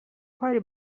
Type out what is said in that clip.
کاری